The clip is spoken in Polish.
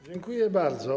Dziękuję bardzo.